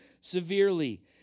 severely